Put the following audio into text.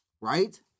Right